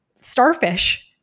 starfish